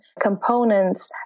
components